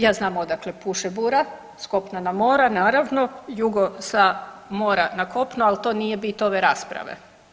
Ja znam odakle puše bura, s kopna na more naravno, jugo sa mora na kopno ali to nije bit ove rasprave.